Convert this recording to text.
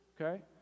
Okay